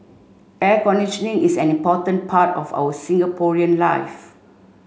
air conditioning is an important part of our Singaporean life